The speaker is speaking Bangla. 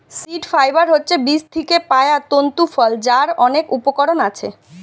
সীড ফাইবার হচ্ছে বীজ থিকে পায়া তন্তু ফল যার অনেক উপকরণ আছে